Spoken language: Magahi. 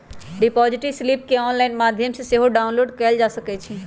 डिपॉजिट स्लिप केंऑनलाइन माध्यम से सेहो डाउनलोड कएल जा सकइ छइ